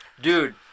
Dude